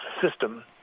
system